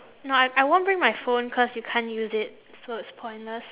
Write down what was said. no I I won't bring my phone cause you can't use it so it's pointless